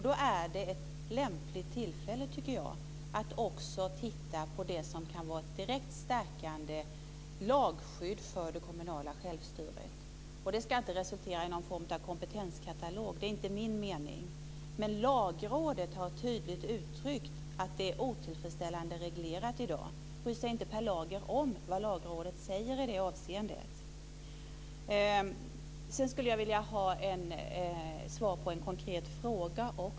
Då är det ett lämpligt tillfälle, tycker jag, att också titta på det som kan vara ett direkt stärkande lagskydd för det kommunala självstyret. Det ska inte resultera i någon form av kompetenskatalog. Det är inte min mening. Men Lagrådet har tydligt uttryckt att det är otillfredsställande reglerat i dag. Bryr sig inte Per Lager om vad Lagrådet säger i det avseendet? Sedan skulle jag vilja ha svar på en konkret fråga.